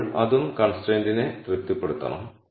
അപ്പോൾ അതും കൺസ്ട്രൈന്റിനെ തൃപ്തിപ്പെടുത്തണം